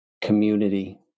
community